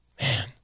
Man